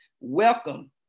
Welcome